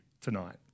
tonight